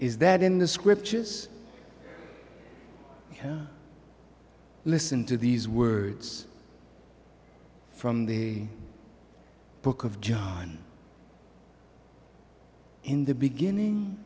is that in the scriptures listen to these words from the book of john in the beginning